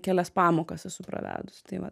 kelias pamokas esu pravedus tai vat